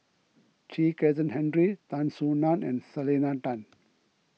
Chen Kezhan Henri Tan Soo Nan and Selena Tan